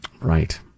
Right